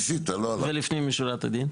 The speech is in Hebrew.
ולפנים משורת הדין?